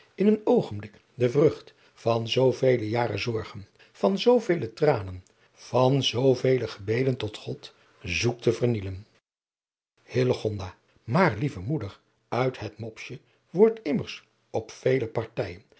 in een oogenblik de vrucht adriaan loosjes pzn het leven van hillegonda buisman van zoovele jaren zorgen van zoovele tranen van zoovele gebeden tot god zoekt te vernielen hillegonda maar lieve moeder uit het mopsje wordt immers op vele partijen